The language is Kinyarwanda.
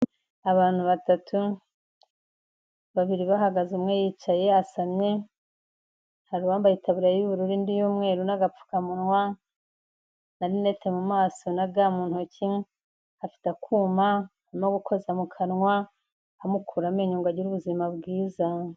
Abantu batatu, babiri bahagaze umwe yicaye yasamye, hari uwambaye itaburiya y'ubururu undi iy'umweru n'agapfukamunwa, na rinete mu maso na ga mu ntoki, afite akuma arimo gukoza mu kanwa, bamukura amenyo ngo agire ubuzima bwiza.